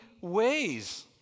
ways